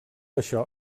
això